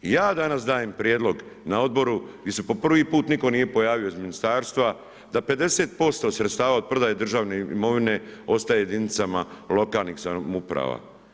Ja danas dajem prijedlog na odboru di se po prvi put nitko nije pojavio iz ministarstva, da 50% sredstava od prodaje državne imovine ostaje jedinicama lokalnih samouprava.